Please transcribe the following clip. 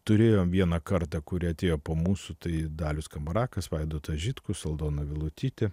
turėjom vieną kartą kuri atėjo po mūsų tai dalius kamarakas vaidotas žitkus aldona vilutytė